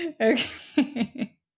Okay